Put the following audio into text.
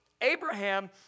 Abraham